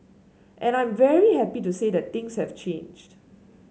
and I'm very happy to say that things have changed